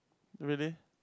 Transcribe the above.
really